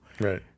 Right